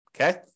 Okay